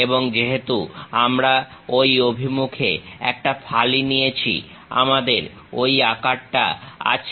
এবং যেহেতু আমরা ঐ অভিমুখে একটা ফালি নিয়েছি আমাদের ঐ আকারটা আছে